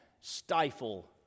stifle